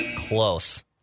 Close